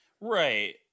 right